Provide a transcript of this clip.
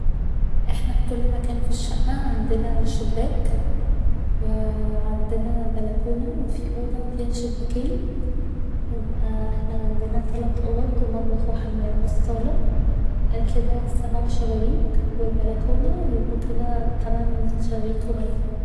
احنا في كل مكان في الشقة عندنا شباك و عندنا بلكونة و في اوضة فيها شباكين يبقى احنا عندنا تلات اوض و مطبخ و حمام و الصالة كده سبع شبابيك و البلكونة يبقوا كده تمن شبابيك و بلكونة